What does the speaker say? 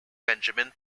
benjamin